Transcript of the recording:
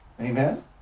Amen